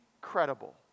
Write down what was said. credible